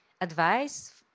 advice